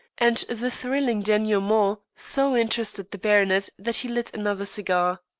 and the thrilling denouement so interested the baronet that he lit another cigar.